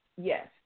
Yes